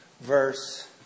verse